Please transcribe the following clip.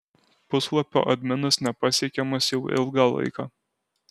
puslapio adminas nepasiekiamas jau ilgą laiką